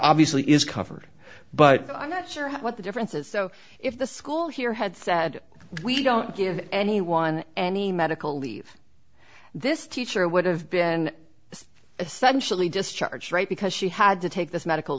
obviously is covered but i'm not sure what the difference is so if the school here had said we don't give anyone any medical leave this teacher would have been essentially discharged right because she had to take this medical